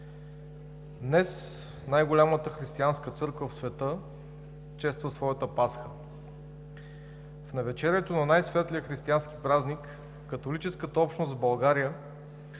Днес най голямата християнска църква в света чества своята Пасха. В навечерието на най-светлия християнски празник католическата общност в България